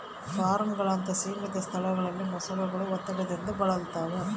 ಫಾರ್ಮ್ಗಳಂತಹ ಸೀಮಿತ ಸ್ಥಳಗಳಲ್ಲಿ ಮೊಸಳೆಗಳು ಒತ್ತಡದಿಂದ ಬಳಲ್ತವ